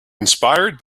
inspired